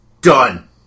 done